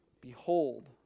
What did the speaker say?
Behold